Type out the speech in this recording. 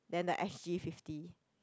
then the s_g fifty